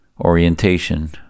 orientation